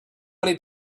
many